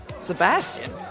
Sebastian